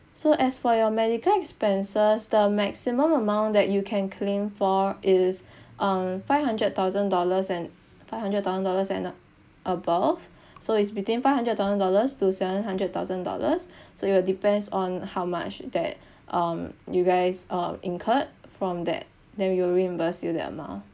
so as for your medical expenses the maximum amount that you can claim for is um five hundred thousand dollars and five hundred thousand dollars and uh above so it's between five hundred thousand dollars to seven hundred thousand dollars so it will depends on how much that um you guys um incurred from there then we will reimburse you that amount